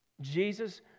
Jesus